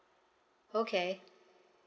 okay